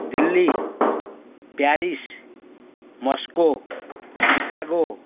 Delhi Paris Moscow Chicago